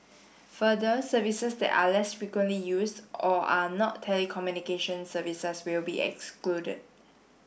further services that are less frequently use or are not telecommunication services will be excluded